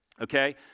Okay